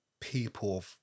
People